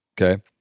Okay